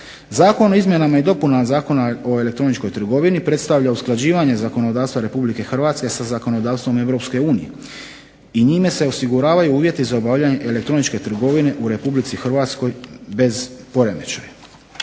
Zakon o izmjenama i dopunama Zakona o elektroničkoj trgovini predstavlja usklađivanje zakonodavstva Republike Hrvatske sa zakonodavstvom Europske unije, i njime se osiguravaju uvjeti za obavljanje elektroničke trgovine u Republici Hrvatskoj bez poremećaja,